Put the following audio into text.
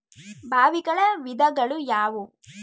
ಬಾವಿಗಳ ವಿಧಗಳು ಯಾವುವು?